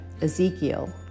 Ezekiel